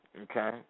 Okay